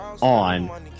on